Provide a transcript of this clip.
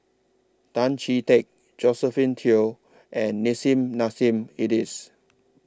Tan Chee Teck Josephine Teo and Nissim Nassim Adis